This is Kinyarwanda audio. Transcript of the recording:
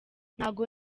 ntago